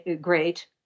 great